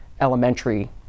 elementary